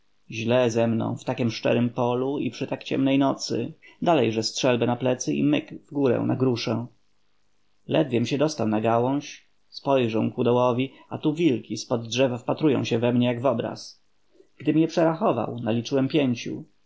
źle ze mną w takiem szczerem polu i przy tak ciemnej nocy dalejże strzelbę na placyplecy i myk w górę na gruszę ledwiem się dostał na gałęź spojrzę ku dołowi a tu wilki z pod drzewa wpatrują się we mnie jak w obraz gdym je przerachował naliczyłem pięciu